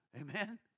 Amen